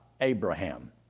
Abraham